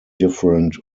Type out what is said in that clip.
different